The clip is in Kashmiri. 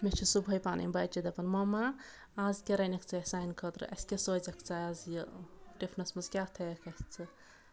مےٚ چھِ صُبحٲے پَنٕنۍ بَچہِ دَپان موٚما آز کیاہ رَنیٚکھ ژٕ اَسہِ سانہِ خٲطرٕ اَسہِ کیاہ سوزیٚکھ ژٕ اَز یہِ ٹِفنَس منٛز کیاہ تھایَکھ اَسہِ ژٕ